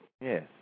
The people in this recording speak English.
Yes